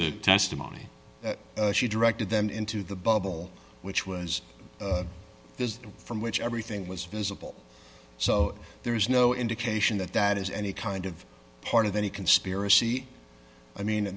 the testimony she directed them into the bubble which was this from which everything was visible so there's no indication that that is any kind of part of any conspiracy i mean